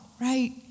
right